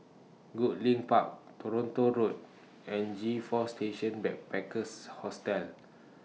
Goodlink Park Toronto Road and G four Station Backpackers Hostel